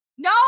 No